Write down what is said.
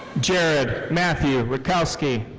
jarrod matthew rutkowski.